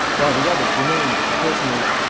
while the others remained with the prisoners.